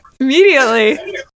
immediately